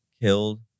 killed